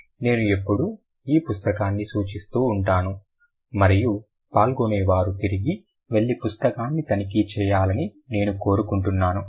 నేను ఎప్పుడూ ఈ పుస్తకాన్ని సూచిస్తూ ఉంటాను మరియు పాల్గొనేవారు తిరిగి వెళ్లి పుస్తకాన్ని తనిఖీ చేయాలని నేను కోరుకుంటున్నాను